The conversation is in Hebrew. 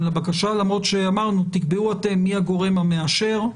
לבקשה למרות שאמרנו תקבעו אתם מי הגורם המאשר.